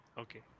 okay